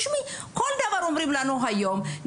בכל מקום אומרים לנו זום,